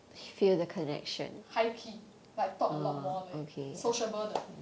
high key like talk a lot more like sociable 的